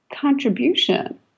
contribution